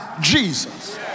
Jesus